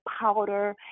powder